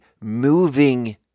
moving